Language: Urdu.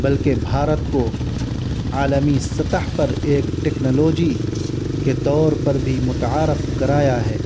بلکہ بھارت کو عالمی سطح پر ایک ٹیکنالوجی کے طور پر بھی متعارف کرایا ہے